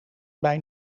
bij